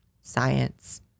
science